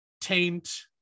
taint